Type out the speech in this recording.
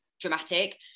dramatic